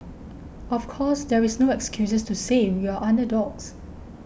of course there is no excuses to say we are underdogs